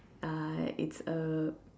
ah it's a